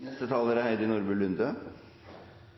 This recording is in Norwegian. I går slo representanten Trond Giske fast at det ikke er